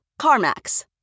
CarMax